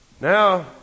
Now